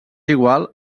igual